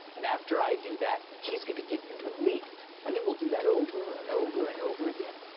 and after i do that, he's gonna give you relief, and then we'll do that over and over and over again.